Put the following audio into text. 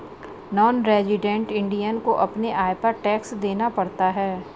non resident Indian को अपने आय पर टैक्स देना पड़ता है